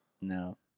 No